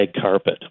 carpet